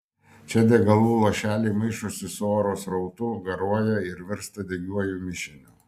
čia degalų lašeliai maišosi su oro srautu garuoja ir virsta degiuoju mišiniu